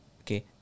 Okay